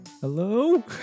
Hello